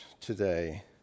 today